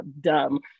dumb